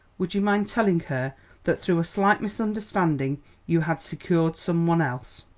would you mind telling her that through a slight misunderstanding you had secured some one else?